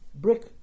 brick